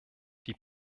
die